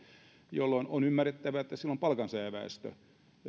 jolloin on ymmärrettävää että silloin palkansaajaväestö